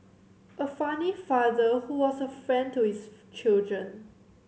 a funny father who was a friend to his children